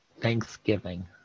Thanksgiving